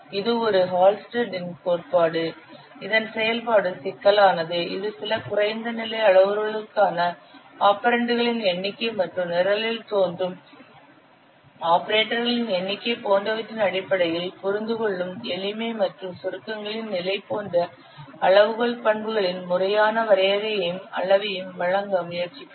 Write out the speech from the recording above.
இது ஒரு ஹால்ஸ்டெட்டின் கோட்பாடு இதன் செயல்பாடு சிக்கலானது இது சில குறைந்த நிலை அளவுருக்களான ஆபரெண்டுகளின் எண்ணிக்கை மற்றும் நிரலில் தோன்றும் ஆபரேட்டர்களின் எண்ணிக்கை போன்றவற்றின் அடிப்படையில் புரிந்துகொள்ளும் எளிமை மற்றும் சுருக்கங்களின் நிலை போன்ற அளவுகோல் பண்புகளின் முறையான வரையறையையும் அளவையும் வழங்க முயற்சிக்கிறது